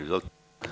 Izvolite.